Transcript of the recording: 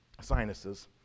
sinuses